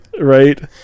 Right